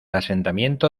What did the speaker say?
asentamiento